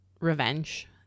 revenge